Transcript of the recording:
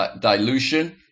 dilution